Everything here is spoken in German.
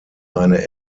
eine